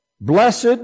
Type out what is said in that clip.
Blessed